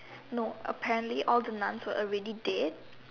no apparently all the nuns were already dead